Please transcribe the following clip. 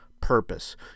purpose